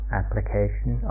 application